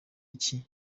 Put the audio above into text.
iki